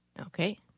Okay